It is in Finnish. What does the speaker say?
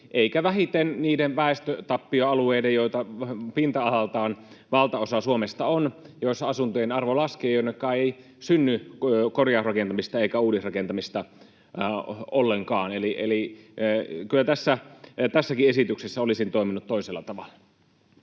ei etenkään niiden väestötappioalueiden, joita pinta-alaltaan valtaosa Suomesta on, joissa asuntojen arvo laskee ja jonneka ei synny korjausrakentamista eikä uudisrakentamista ollenkaan. Eli kyllä tässäkin esityksessä olisin toiminut toisella tavalla.